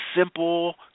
simple